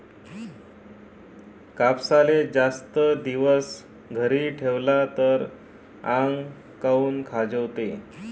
कापसाले जास्त दिवस घरी ठेवला त आंग काऊन खाजवते?